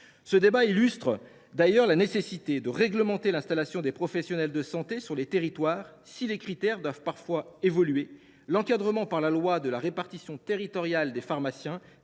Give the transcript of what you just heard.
Ce débat illustre la nécessité de réglementer l’installation des professionnels de santé sur les territoires. Si les critères d’installation doivent parfois évoluer, l’encadrement par la loi de la répartition territoriale des pharmaciens